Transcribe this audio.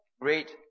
great